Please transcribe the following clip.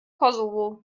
kosovo